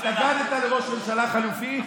התנגדת לראש ממשלה חלופי,